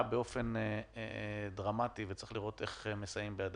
באופן דרמטי וצריך לראות איך מסייעים בידה.